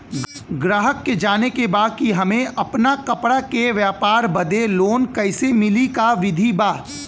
गराहक के जाने के बा कि हमे अपना कपड़ा के व्यापार बदे लोन कैसे मिली का विधि बा?